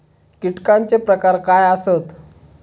कीटकांचे प्रकार काय आसत?